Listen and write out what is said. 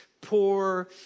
poor